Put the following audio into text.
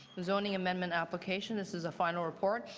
zoning amendment application. this is a final report.